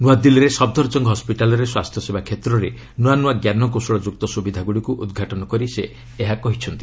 ନୂଆଦିଲ୍ଲୀରେ ସଫ୍ଦରଜଙ୍ଗ ହସ୍କିଟାଲ୍ରେ ସ୍ୱାସ୍ଥ୍ୟସେବା କ୍ଷେତ୍ରରେ ନୂଆନୂଆ ଜ୍ଞାନକୌଶଳ ଯୁକ୍ତ ସୁବିଧାଗୁଡ଼ିକୁ ଉଦ୍ଘାଟନ କରି ସେ ଏହା କହିଛନ୍ତି